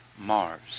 Mars